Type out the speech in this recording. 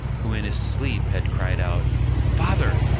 who in his sleep had cried out father!